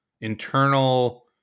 internal